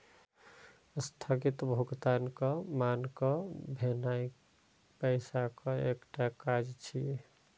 स्थगित भुगतानक मानक भेनाय पैसाक एकटा काज छियै